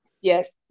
yes